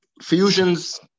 fusions